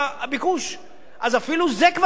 אז אפילו זה כבר היה מציל הרבה זוגות צעירים.